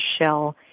shell